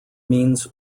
means